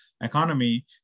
economy